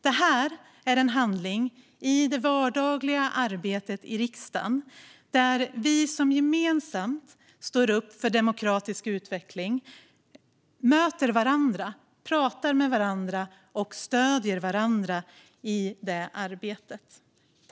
Det här är en handling i det vardagliga arbetet i riksdagen där vi som gemensamt står upp för demokratisk utveckling möter varandra, pratar med varandra och stöder varandra i det arbetet.